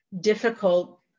difficult